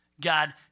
God